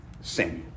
Samuel